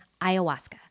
ayahuasca